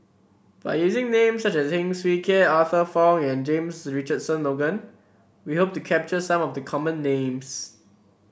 by using names such as Heng Swee Keat Arthur Fong and James Richardson Logan we hope to capture some of the common names